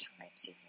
times